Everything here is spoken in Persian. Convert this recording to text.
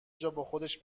جاباخودش